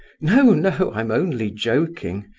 no, no! i'm only joking!